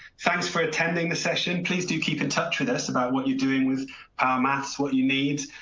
thanks for attending the session. please do keep in touch with us about what you're doing with power maths, what you need.